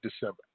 December